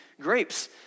grapes